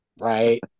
Right